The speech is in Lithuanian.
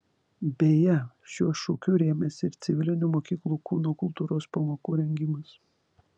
beje šiuo šūkiu rėmėsi ir civilinių mokyklų kūno kultūros pamokų rengimas